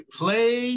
play